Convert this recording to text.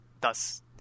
Thus